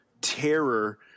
terror